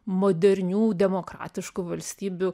modernių demokratiškų valstybių